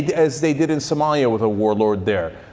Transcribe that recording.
as they did in somalia with a warlord there?